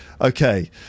Okay